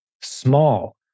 small